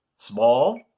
small,